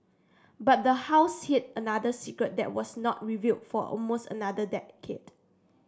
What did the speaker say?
but the house hid another secret that was not revealed for almost another decade